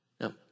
No